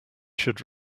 should